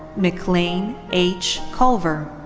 mcclain h culver.